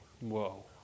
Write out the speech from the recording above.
Whoa